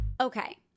Okay